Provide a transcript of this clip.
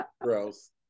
Gross